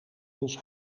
ons